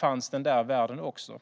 finns den där världen också?